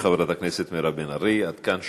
שוב, חברת הכנסת מירב בן ארי, עד כאן שומעים.